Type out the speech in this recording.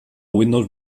windows